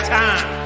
time